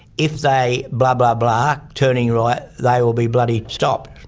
if they blah, blah, blah, turning right, they will be bloody stopped.